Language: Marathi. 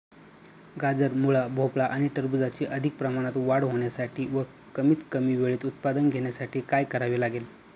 गाजर, मुळा, भोपळा आणि टरबूजाची अधिक प्रमाणात वाढ होण्यासाठी व कमीत कमी वेळेत उत्पादन घेण्यासाठी काय करावे लागेल?